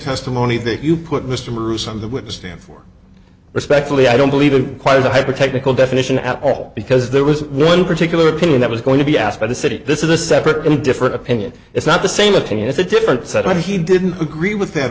testimony that you put mr morris on the witness stand for respectfully i don't believe in quite a hyper technical definition at all because there was one particular opinion that was going to be asked by the city this is a separate and different opinion it's not the same opinion it's a different set on he didn't agree with that